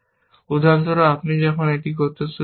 উদাহরণস্বরূপ আপনি যখন এটি করতে শুরু করেন